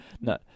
No